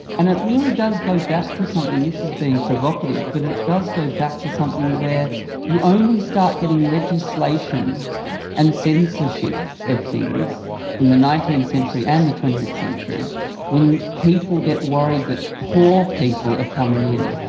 and it really does go back to something, this is being provocative, but it does go back to something where you only start getting legislation and censorship of things in the nineteenth century and the twentieth century when people get worried that poor people are coming in.